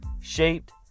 shaped